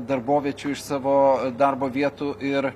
darboviečių iš savo darbo vietų ir